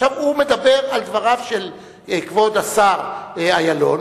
עכשיו הוא מדבר על דבריו של כבוד סגן השר אילון,